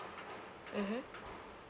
mmhmm